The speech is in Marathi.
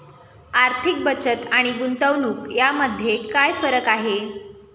आर्थिक बचत आणि गुंतवणूक यामध्ये काय फरक आहे?